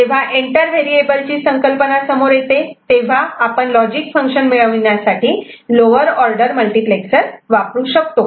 जेव्हा enter variable ची संकल्पना समोर येते तेव्हा आपण लॉजिक फंक्शन मिळविण्यासाठी लोवर ऑर्डर मल्टिप्लेक्सर वापरू शकतो